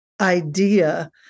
idea